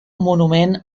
monument